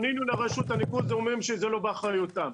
פנינו לרשות הניקוז, והם אמרו שזה לא באחריותם.